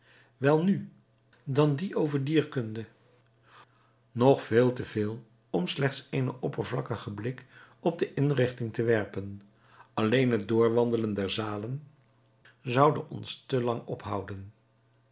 welnu dan die over dierkunde nog veel te veel om slechts eenen oppervlakkigen blik op de inrichting te werpen alleen het doorwandelen der zalen zoude ons te lang ophouden